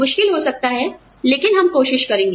मुश्किल हो सकता है लेकिन हम कोशिश करेंगे